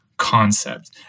Concept